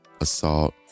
assault